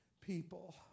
people